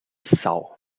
sau